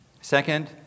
Second